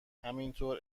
همینطور